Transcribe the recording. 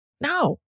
No